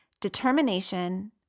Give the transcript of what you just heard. determination